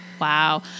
Wow